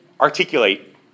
articulate